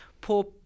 poor